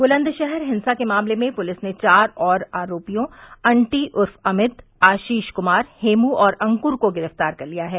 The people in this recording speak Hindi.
बुलन्दशहर हिंसा के मामले में पुलिस ने चार और आरोपियों अन्टी उर्फ अमित आशीष कुमार हेमू और अंकुर को गिरफ्तार कर लिया है